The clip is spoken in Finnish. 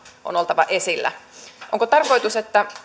on oltava esillä onko tarkoitus että